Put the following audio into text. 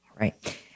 Right